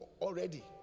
already